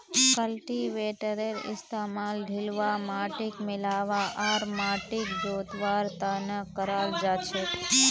कल्टीवेटरेर इस्तमाल ढिलवा माटिक मिलव्वा आर माटिक जोतवार त न कराल जा छेक